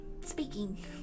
speaking